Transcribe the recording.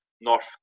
North